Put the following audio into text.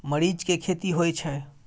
मरीच के खेती होय छय?